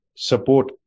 support